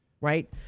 right